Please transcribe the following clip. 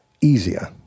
easier